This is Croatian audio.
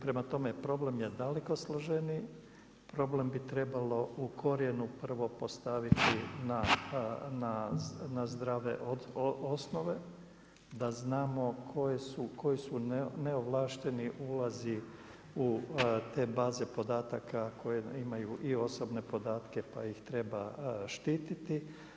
Prema tome, problem je daleko složeniji, problem bi trebalo u korijenu prvo postaviti na zdrave osnove da znamo koji su neovlašteni ulazi u te baze podataka koje imaju i osobne podatke pa ih treba štititi.